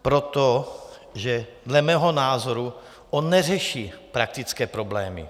Proto, že dle mého názoru on neřeší praktické problémy.